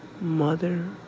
mother